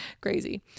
crazy